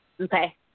Okay